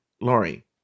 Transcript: Lori